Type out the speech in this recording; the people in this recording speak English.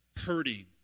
hurting